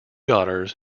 daughters